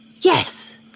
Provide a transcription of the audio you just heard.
Yes